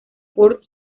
porte